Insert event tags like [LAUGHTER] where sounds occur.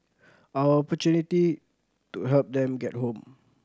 our [UNINTELLIGIBLE] to help them get home